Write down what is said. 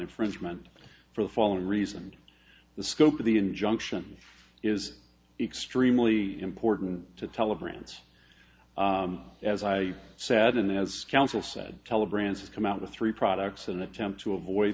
infringement for the following reason the scope of the injunction is extremely important to telegrams as i said and as counsel said tele brands come out of the three products an attempt to avoid